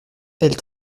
elle